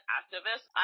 activist